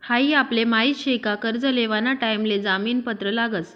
हाई आपले माहित शे का कर्ज लेवाना टाइम ले जामीन पत्र लागस